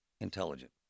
intelligent